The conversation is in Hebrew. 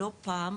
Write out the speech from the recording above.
לא פעם,